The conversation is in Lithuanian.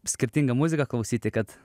skirtingą muziką klausyti kad